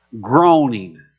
groaning